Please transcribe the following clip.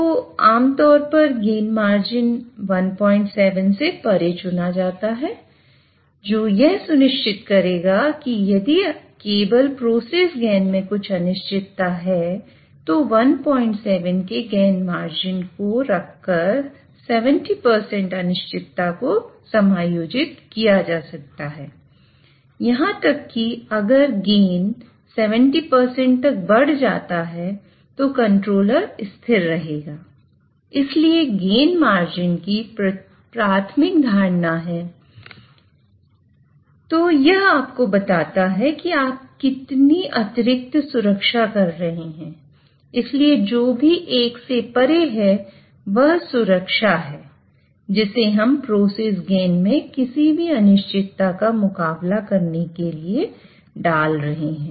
तो आमतौर पर गेन मार्जिन में किसी भी अनिश्चितता का मुकाबला करने के लिए डाल रहे हैं